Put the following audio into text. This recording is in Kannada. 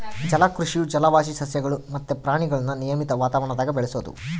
ಜಲಕೃಷಿಯು ಜಲವಾಸಿ ಸಸ್ಯಗುಳು ಮತ್ತೆ ಪ್ರಾಣಿಗುಳ್ನ ನಿಯಮಿತ ವಾತಾವರಣದಾಗ ಬೆಳೆಸೋದು